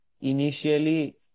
Initially